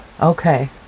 Okay